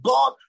God